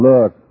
Look